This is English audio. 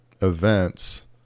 events